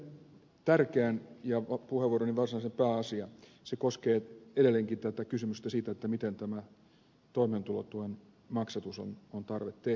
mutta sitten tärkeään ja puheenvuoroni varsinaiseen pääasiaan joka koskee edelleenkin kysymystä siitä miten tämä toimeentulotuen maksatus on tarve hoitaa